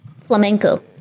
Flamenco